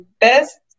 best